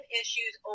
issues